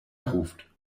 ruft